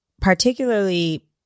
particularly